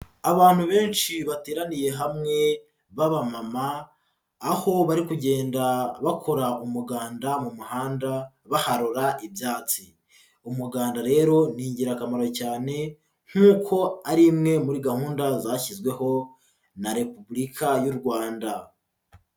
Abantu benshi bateraniye hamwe b'abamama, aho bari kugenda bakora umuganda mu muhanda baharura ibyatsi. Umuganda rero ni ingirakamaro cyane nkuko ari imwe muri gahunda zashyizweho na Repubulika y'u Rwanda.